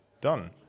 done